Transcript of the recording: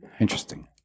interesting